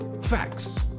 Facts